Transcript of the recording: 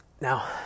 Now